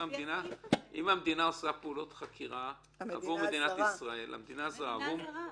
אם המדינה עושה פעולות חקירה עבור מדינת ישראל -- המדינה הזרה.